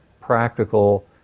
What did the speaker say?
practical